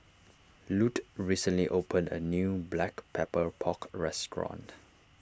Lute recently opened a new Black Pepper Pork restaurant